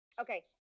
Okay